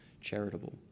charitable